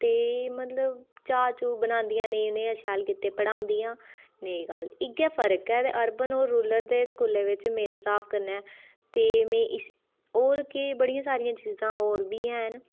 ते मतलब चाऽ चू बनादियां नां ऐ एह नेई शैल कुतै पढादियां ते नेईं किश इ'यै फर्क अरबन और रुरल दे स्कूलें बिच्च मेरे स्हाब कन्नै ते में इसी और के में बड़ी सारियां चीज़ा होर बी हैन